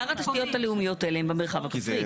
עיקר התשתיות הלאומיות האלה הן במרחב הכפרי.